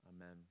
Amen